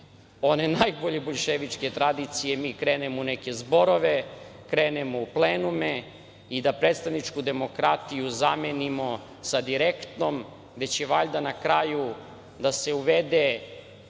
one najgore boljševičke tradicije mi krenemo u neke zborove, krenemo u plenume i da predstavničku demokratiju zamenimo sa direktnom gde će valjda na kraju da se uvede